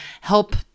help